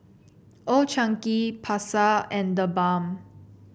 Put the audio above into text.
Old Chang Kee Pasar and TheBalm